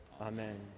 Amen